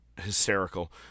hysterical